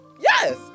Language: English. yes